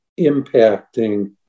impacting